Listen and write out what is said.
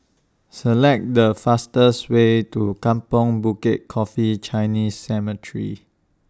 Select The fastest Way to Kampong Bukit Coffee Chinese Cemetery